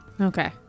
okay